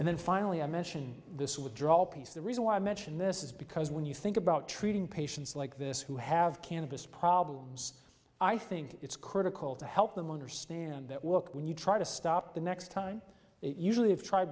and then finally i mention this withdrawal piece the reason why i mention this is because when you think about treating patients like this who have cannabis problems i think it's critical to help them understand that work when you try to stop the next time they usually have tried